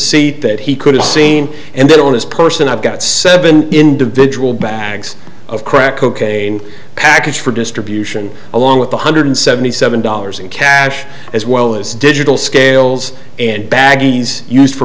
seat that he could have seen and then on his person i've got seven individual bags of crack cocaine package for distribution along with one hundred seventy seven dollars in cash as well as digital scales and baggies used for